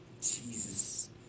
Jesus